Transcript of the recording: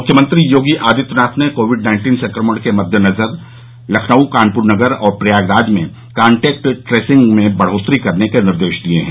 मुख्यमंत्री योगी आदित्यनाथ ने Covid nineteen संक्रमण के मददेनजर लखनऊ कानप्र नगर और प्रयागराज में कांटेक्ट ट्रेसिंग में बढ़ोत्तरी करने के निर्देश दिये हैं